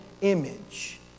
image